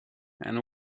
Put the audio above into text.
and